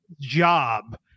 job